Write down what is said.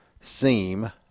seem